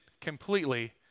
completely